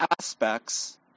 aspects